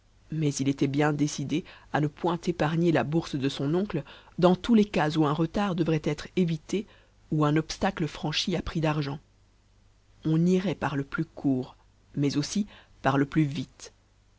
mais il était bien décidé à ne point épargner la bourse de son oncle dans tous les cas où un retard devrait être évité ou un obstacle franchi à prix d'argent on irait par le plus court mais aussi par le plus vite